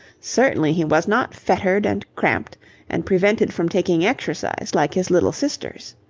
certainly he was not fettered and cramped and prevented from taking exercise like his little sisters.